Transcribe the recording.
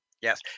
Yes